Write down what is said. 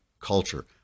culture